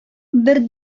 бер